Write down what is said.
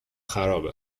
خراب